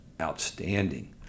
outstanding